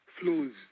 flows